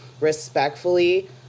respectfully